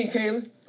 Kayla